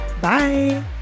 Bye